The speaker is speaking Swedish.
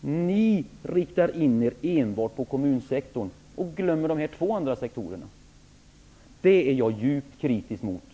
Ni riktar in er enbart på kommunsektorn och glömmer de två andra sektorerna. Det är jag djupt kritisk mot.